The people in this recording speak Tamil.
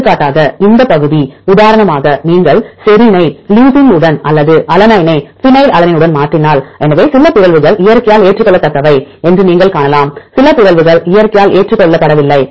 எடுத்துக்காட்டாக இந்த பகுதி உதாரணமாக நீங்கள் செரினை லுசின் உடன் அல்லது அலனைனை பினைல்அலனைன் உடன் மாற்றினால் எனவே சில பிறழ்வுகள் இயற்கையால் ஏற்றுக்கொள்ளத்தக்கவை என்று நீங்கள் காணலாம் சில பிறழ்வுகள் இயற்கையால் ஏற்றுக்கொள்ளப்படவில்லை